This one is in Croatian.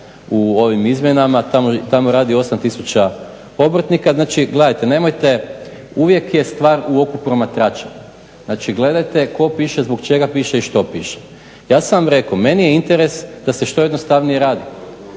u ovim izmjenama, tamo radi 8 tisuća obrtnika. Znači, gledajte, nemojte, uvijek je stvar u oku promatrača. Znači, gledajte tko piše, zbog čega piše i što piše. Ja sam vam rekao, meni je interes da se što jednostavnije radi